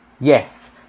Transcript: Yes